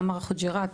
עמר חג'יראת,